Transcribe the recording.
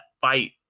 fight